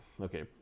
Okay